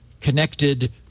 connected